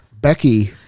Becky